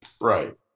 Right